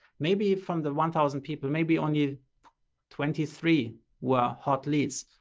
maybe from the one thousand people maybe only twenty three were hot leads,